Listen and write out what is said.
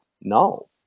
No